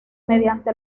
mediante